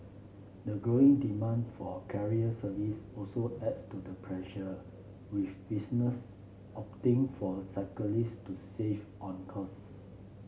the growing demand for career service also adds to the pressure with business opting for cyclist to save on costs